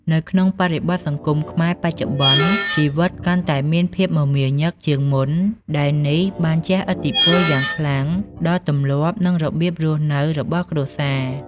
នៅក្នុងបរិបទសង្គមខ្មែរបច្ចុប្បន្ន ជីវិតកាន់តែមានភាពមមាញឹក ជាងមុន ដែលនេះបានជះឥទ្ធិពលយ៉ាងខ្លាំងដល់ទម្លាប់ និងរបៀបរស់នៅរបស់គ្រួសារ។